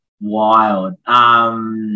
wild